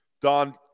Don